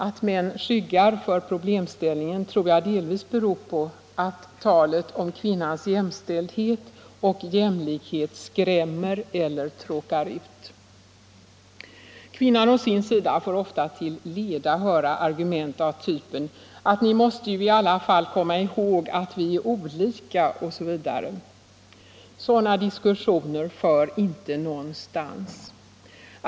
Att män skyggar för problemställningen tror jag delvis beror på att talet om kvinnans jämställdhet och jämlikhet skrämmer eller tråkar ut. Kvinnan å sin sida får ofta till leda höra argument av typen: Ni måste ju i alla fall komma ihåg att vi är olika osv. Sådana diskussioner leder inte någonstans.